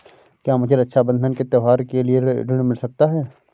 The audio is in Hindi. क्या मुझे रक्षाबंधन के त्योहार के लिए ऋण मिल सकता है?